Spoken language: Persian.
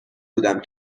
بودم